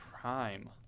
prime